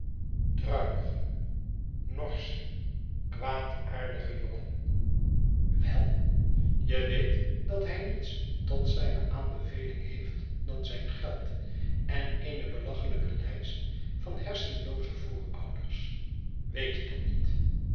druilige norsche kwaadaardige jongen wel je weet dat hij niets tot zijne aanbeveling heefb dan zijn geld en eene belachelyke lijst van hersenlooze voorouders weet je dat niet